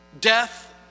Death